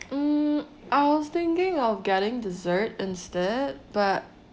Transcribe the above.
mm I was thinking of getting dessert instead but